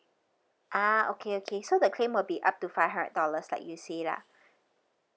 ah okay okay so the claim will be up to five hundred dollars like you say lah